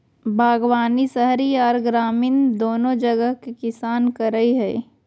बागवानी शहरी आर ग्रामीण दोनो जगह के किसान करई हई,